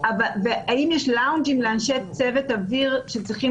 אבל האם יש לארג'ים לאנשי צוות אוויר שצריכים